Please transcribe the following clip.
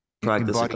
practice